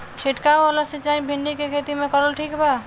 छीरकाव वाला सिचाई भिंडी के खेती मे करल ठीक बा?